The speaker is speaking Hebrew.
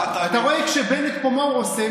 אתה רואה שבנט פה, מה הוא עושה?